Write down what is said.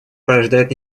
порождает